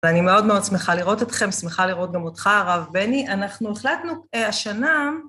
ואני מאוד מאוד שמחה לראות אתכם, שמחה לראות גם אותך, הרב בני. אנחנו החלטנו השנה...